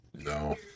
No